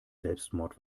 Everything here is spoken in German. selbstmord